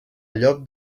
llop